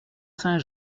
saint